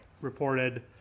reported